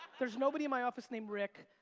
there's nobody in my office named rick.